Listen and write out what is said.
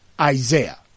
Isaiah